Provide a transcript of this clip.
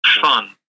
fun